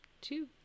two